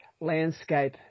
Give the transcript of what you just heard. landscape